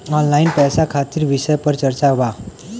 Online पैसा खातिर विषय पर चर्चा वा?